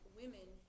women